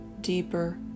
deeper